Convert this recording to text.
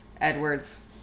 Edward's